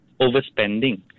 overspending